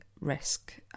risk